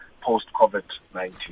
post-COVID-19